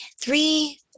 three